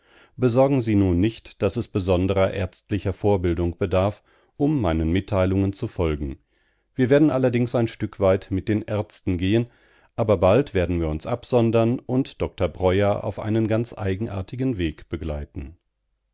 besorgen sie nun nicht daß es besonderer ärztlicher vorbildung bedarf um meinen mitteilungen zu folgen wir werden allerdings ein stück weit mit den ärzten gehen aber bald werden wir uns absondern und dr breuer auf einen ganz eigenartigen weg begleiten